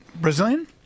Brazilian